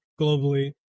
globally